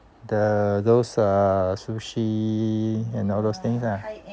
the those uh sushi and all those things ah